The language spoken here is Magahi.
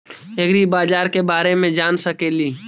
ऐग्रिबाजार के बारे मे जान सकेली?